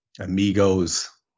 amigos